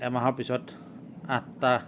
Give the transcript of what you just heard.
এমাহৰ পিছত আঠটা